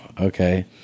okay